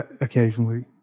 Occasionally